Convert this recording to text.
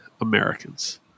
Americans